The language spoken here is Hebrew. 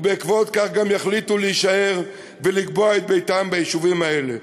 ובעקבות כך יחליטו גם להישאר ולקבוע את ביתם ביישובים האלה.